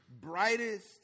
brightest